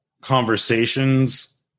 Conversations